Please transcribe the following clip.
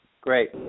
Great